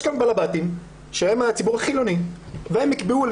יש כאן בעלי בית שהם מהציבור החילוני והם יקבעו על